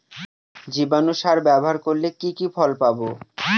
জীবাণু সার ব্যাবহার করলে কি কি ফল পাবো?